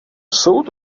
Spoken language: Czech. soud